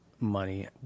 money